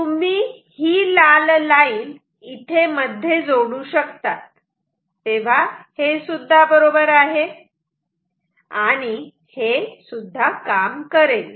तुम्ही हि लाल लाईन इथे मध्ये जोडू शकतात तेव्हा हे सुद्धा बरोबर आहे आणि हे काम करेल